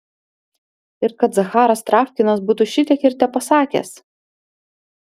ir kad zacharas travkinas būtų šitiek ir tepasakęs